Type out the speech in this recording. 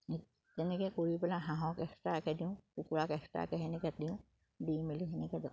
তেনেকে কৰি পেলাই হাঁহক এক্সট্ৰাকে দিওঁ কুকুৰাক এক্সট্ৰাকে সেনেকে দিওঁ দি মেলি সেনেকে থওঁ